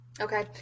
Okay